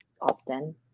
often